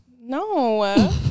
No